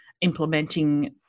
implementing